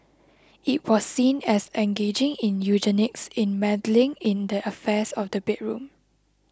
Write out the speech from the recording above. it was seen as engaging in eugenics and meddling in the affairs of the bedroom